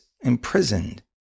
imprisoned